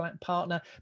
partner